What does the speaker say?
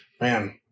Man